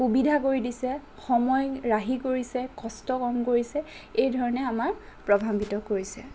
সুবিধা কৰি দিছে সময় ৰাহি কৰিছে কষ্ট কম কৰিছে এই ধৰণে আমাক প্ৰভাৱান্বিত কৰিছে